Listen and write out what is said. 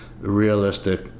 realistic